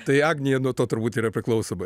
tai agnija nuo to turbūt yra priklausoma